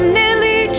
nearly